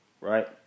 right